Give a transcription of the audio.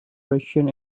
russian